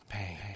Pain